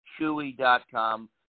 Chewy.com